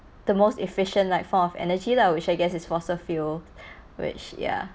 the most efficient like form of energy lah which I guess is fossil fuel which ya